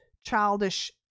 childish